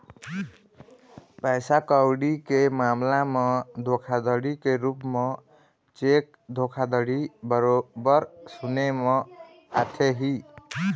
पइसा कउड़ी के मामला म धोखाघड़ी के रुप म चेक धोखाघड़ी बरोबर सुने म आथे ही